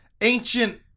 ancient